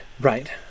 right